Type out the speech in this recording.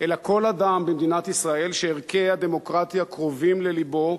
אלא כל אדם במדינת ישראל שערכי הדמוקרטיה קרובים ללבו,